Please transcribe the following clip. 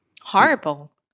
Horrible